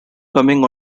coming